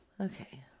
Okay